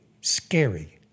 scary